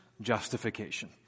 justification